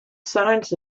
sounds